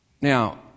Now